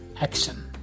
action